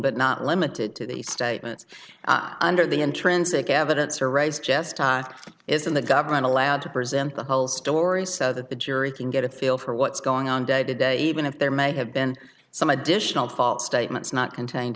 but not limited to the statements or the intrinsic evidence arrives just isn't the government allowed to present the whole story so that the jury can get a feel for what's going on day to day even if there may have been some additional false statements not contained